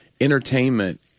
entertainment